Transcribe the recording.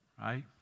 right